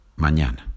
mañana